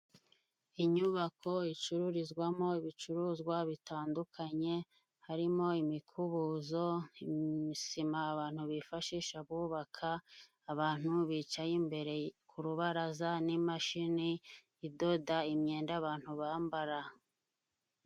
Inyubako icururizwamo ibicuruzwa bitandukanye, harimo imikubuzo, sima abantu bifashisha bubaka, abantu bicaye imbere ku rubaraza, n'imashini idoda imyenda abantu bambara.